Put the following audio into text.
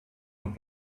und